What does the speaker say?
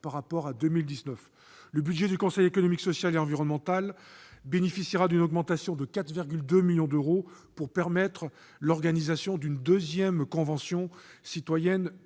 par rapport à 2019. Le budget du Conseil économique, social et environnemental (CESE) bénéficiera d'une augmentation de 4,2 millions d'euros, pour permettre l'organisation d'une deuxième convention citoyenne